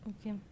Okay